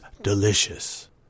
delicious